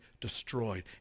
destroyed